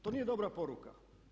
To nije dobra poruka.